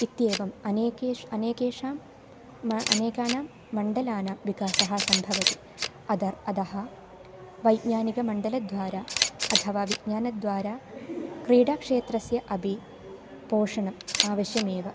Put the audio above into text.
इत्येवम् अनेके अनेकेषां म अनेकानां मण्डलानां विकासः सम्भवति अतः अतः वैज्ञानिकमण्डलद्वारा अथवा विज्ञानद्वारा क्रीडाक्षेत्रस्य अपि पोषणम् आवश्यमेव